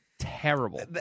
Terrible